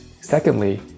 Secondly